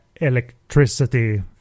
electricity